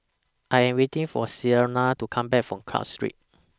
I Am waiting For Celena to Come Back from Club Street